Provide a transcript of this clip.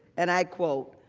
and i quote,